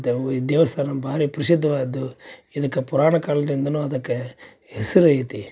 they've ದೇವಸ್ಥಾನ ಭಾರಿ ಪ್ರಸಿದ್ಧವಾದದ್ದು ಇದಕ್ಕೆ ಪುರಾಣ ಕಾಲದಿಂದನು ಅದಕ್ಕೆ ಹೆಸ್ರು ಐತಿ